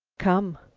come,